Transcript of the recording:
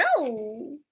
no